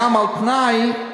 גם על-תנאי,